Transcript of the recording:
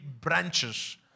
branches